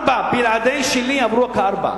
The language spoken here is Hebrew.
בלי שלי יעברו רק ארבע.